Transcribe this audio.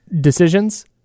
decisions